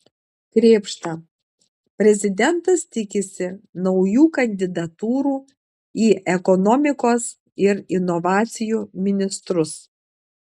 krėpšta prezidentas tikisi naujų kandidatūrų į ekonomikos ir inovacijų ministrus